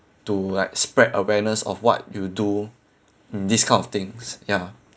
to like spread awareness of what you do this kind of things ya